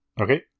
Okay